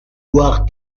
boire